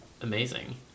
Amazing